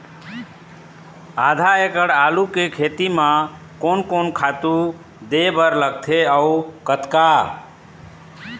आधा एकड़ आलू के खेती म कोन कोन खातू दे बर लगथे अऊ कतका?